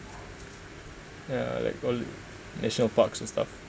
ya like all national parks and stuff